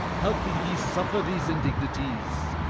how can ye suffer these indignities?